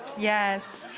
yes.